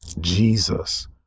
Jesus